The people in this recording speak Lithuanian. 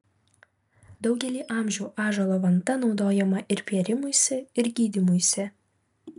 daugelį amžių ąžuolo vanta naudojama ir pėrimuisi ir gydymuisi